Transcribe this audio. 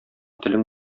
телең